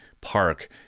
park